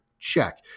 check